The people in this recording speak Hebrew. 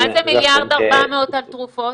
מה זה 1.4 מיליארד על תרופות?